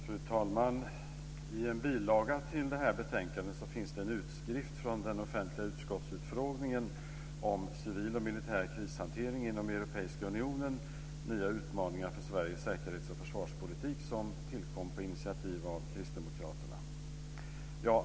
Fru talman! I en bilaga till det här betänkandet finns det en utskrift från den offentliga utskottsutfrågningen "Civil och militär krishantering inom Europeiska unionen - nya utmaningar för Sveriges säkerhets och försvarspolitik", som tillkom på initiativ av Kristdemokraterna.